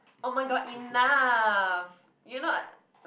oh-my-god enough you not